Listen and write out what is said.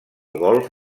golf